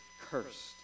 cursed